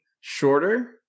shorter